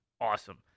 awesome